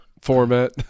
format